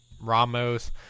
Ramos